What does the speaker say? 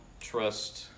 trust